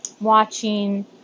watching